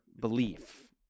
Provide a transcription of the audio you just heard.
belief